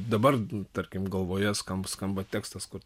dabar tarkim galvoje skam skamba tekstas kur